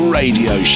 radio